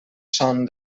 son